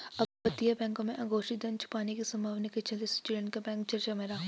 अपतटीय बैंकों में अघोषित धन छुपाने की संभावना के चलते स्विट्जरलैंड का बैंक चर्चा में रहा